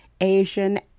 Asian